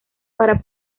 para